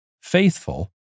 faithful